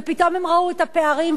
ופתאום הם ראו את הפערים,